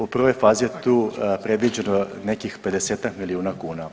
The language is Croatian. U prvoj fazi je tu predviđeno nekih 50-ak milijuna kuna.